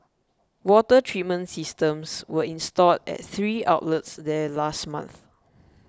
water treatment systems were installed at three outlets there last month